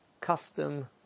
custom